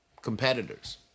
competitors